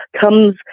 comes